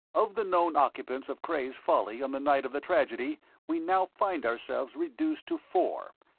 of the known occupants of cray's folly on the night of the tragedy we now find ourselves reduced to four,